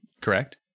correct